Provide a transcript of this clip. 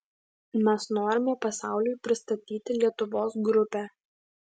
mes norime pasauliui pristatyti lietuvos grupę